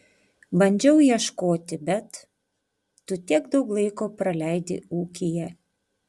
bandžiau ieškoti bet tu tiek daug laiko praleidi ūkyje